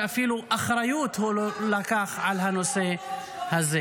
שאפילו לא לקח אחריות על הנושא הזה.